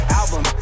album